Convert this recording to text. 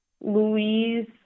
Louise